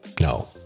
No